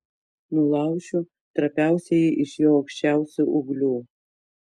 nulaušiu trapiausiąjį iš jo aukščiausių ūglių